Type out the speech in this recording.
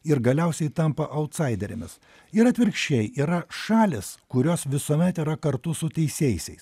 ir galiausiai tampa autsaiderėmis ir atvirkščiai yra šalys kurios visuomet yra kartu su teisiaisiais